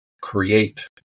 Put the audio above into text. create